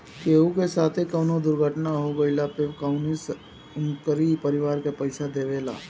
केहू के साथे कवनो दुर्घटना हो गइला पे कंपनी उनकरी परिवार के पईसा देवेला